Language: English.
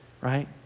right